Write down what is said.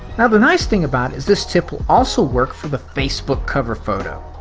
now, the nice thing about is, this tip will also work for the facebook cover photo.